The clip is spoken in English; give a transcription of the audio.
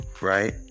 Right